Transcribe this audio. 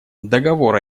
договор